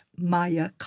Maya